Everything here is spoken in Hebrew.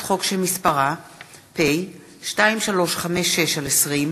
מרדכי יוגב, מיקי לוי, אלעזר שטרן,